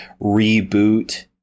reboot